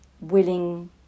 willing